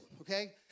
okay